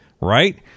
right